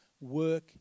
work